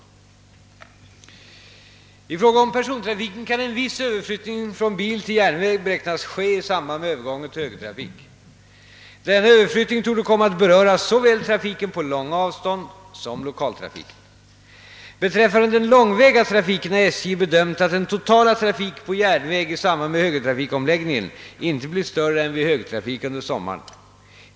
I fråga om persontrafiken kan en viss överflyttning från bil till järnväg beräknas ske i samband med övergången till högertrafik. Denna överflyttning torde komma att beröra såväl trafiken på långa avstånd som lokaltrafiken. Beträffande den långväga trafiken har SJ bedömt att den totala trafiken på järnväg i samband med högertrafikomläggningen inte blir större än vid högtrafik under sommaren.